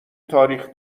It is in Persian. تاریخ